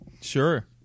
sure